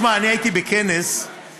שמע, אני הייתי בכנס באילת,